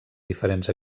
diferents